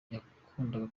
yakundaga